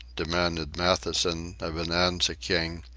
demanded matthewson, a bonanza king,